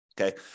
Okay